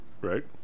right